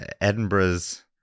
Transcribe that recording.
Edinburgh's